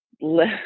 let